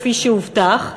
כפי שהובטח,